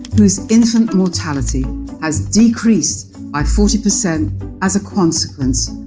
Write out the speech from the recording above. whose infant mortality has decreased by forty percent as a consequence.